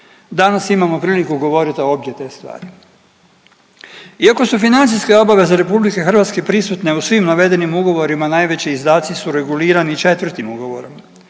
Danas imamo priliku govorit o obje te stvari. Iako su financijske obaveze RH prisutne u svim navedenim ugovorima, najveći izdaci su regulirani 4. ugovorom,